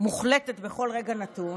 מוחלטת בכל רגע נתון,